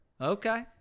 Okay